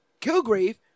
Kilgrave